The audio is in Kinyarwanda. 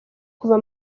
kuva